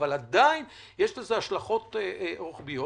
אבל עדיין יש לזה השלכות רוחביות.